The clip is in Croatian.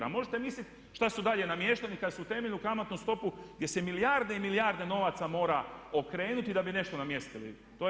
A možete misliti šta su dalje namještani kada su temeljnu kamatnu stopu gdje se milijarde i milijarde novaca mora okrenuti da bi nešto namjestili.